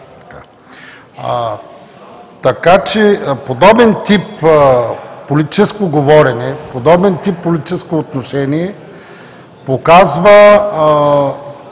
влиза. Подобен тип политическо говорене, подобен тип политическо отношение показва